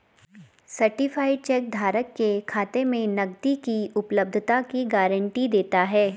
certified cheque धारक के खाते में नकदी की उपलब्धता की गारंटी देता है